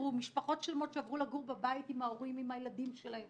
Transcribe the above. והסתגרו משפחות שלמות עברו לגור בבית עם ההורים ועם הילדים שלהם.